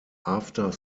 after